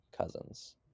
cousins